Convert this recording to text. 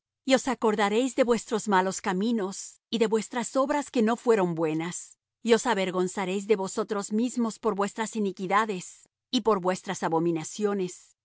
os acordaréis de vuestros malos caminos y de vuestras obras que no fueron buenas y os avergonzaréis de vosotros mismos por vuestras iniquidades y por vuestras abominaciones no